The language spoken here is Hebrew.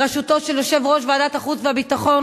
בראשותו של יושב-ראש ועדת החוץ והביטחון,